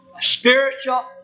spiritual